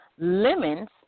Lemons